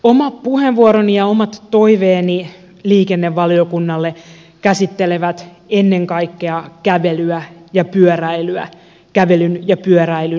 oma puheenvuoroni ja omat toiveeni liikennevaliokunnalle käsittelevät ennen kaikkea kävelyä ja pyöräilyä kävelyn ja pyöräilyn edistämistä